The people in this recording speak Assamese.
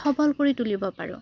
সবল কৰি তুলিব পাৰোঁ